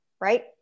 right